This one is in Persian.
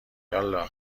یالا